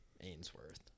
Ainsworth